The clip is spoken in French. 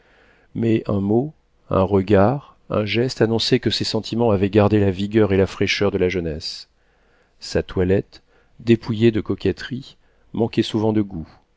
mais un mot un regard un geste annonçaient que ses sentiments avaient gardé la vigueur et la fraîcheur de la jeunesse sa toilette dépouillée de coquetterie manquait souvent de goût